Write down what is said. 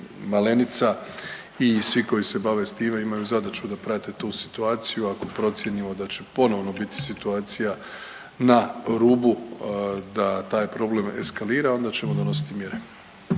Malenica i svi koji se bave s time imaju zadaću da prate tu situaciju. Ako procijenimo da će ponovno biti situacija na rubu da taj problem eskalira, onda ćemo donositi mjere.